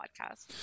podcast